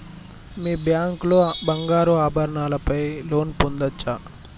మీ bank లో బంగారు ఆభరణాల పై లోన్ పొందచ్చా?